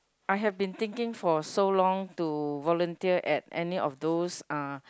I have been thinking for so long to volunteer at any of those uh